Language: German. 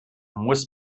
muss